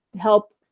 help